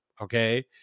Okay